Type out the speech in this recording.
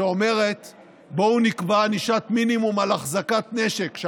שאומרת שנקבע ענישת מינימום: על החזקת נשק,